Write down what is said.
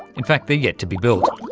in fact, they're yet to be built.